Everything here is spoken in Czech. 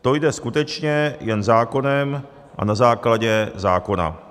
To jde skutečně jen zákonem a na základě zákona.